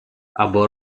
або